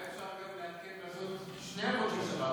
אולי אפשר גם לעדכן: שני אבות של שבת,